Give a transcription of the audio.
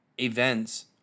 events